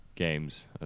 games